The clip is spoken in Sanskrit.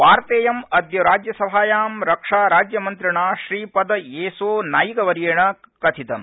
वार्तेयम् अद्य राज्यसभायां रक्षा राज्यमन्त्रिणा श्रीपदयेसोनाईकवर्येण कथितम्